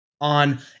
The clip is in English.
on